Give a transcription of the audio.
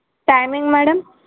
timing madam